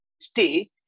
stay